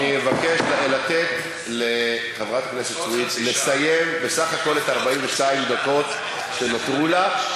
אבקש לתת לחברת הכנסת סויד לסיים בסך הכול את 42 הדקות שנותרו לה.